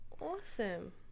Awesome